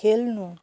खेल्नु